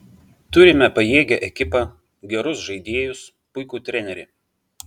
turime pajėgią ekipą gerus žaidėjus puikų trenerį